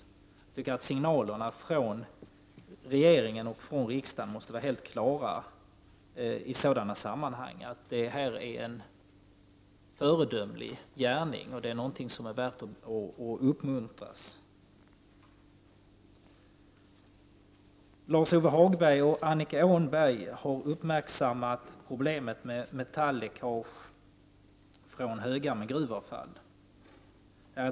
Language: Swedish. Jag tycker att signalerna från regeringen och från riksdagen måste vara helt klara i detta sammanhang: Detta är en föredömlig gärning och någonting som är värt att uppmuntras. Lars-Ove Hagberg och Annika Åhnberg har uppmärksammat problemet med metalläckage från högar med gruvavfall.